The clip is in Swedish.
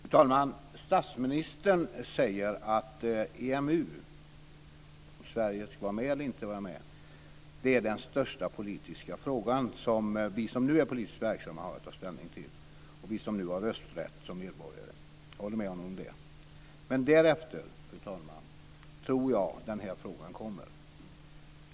Fru talman! Statsministern säger att frågan om Sverige ska vara med eller inte vara med i EMU är den största politiska fråga som vi som nu är politiskt verksamma och de som har rösträtt som medborgare har att ta ställning till. Jag håller med honom om det. Men därefter, fru talman, tror jag att den här frågan kommer.